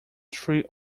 three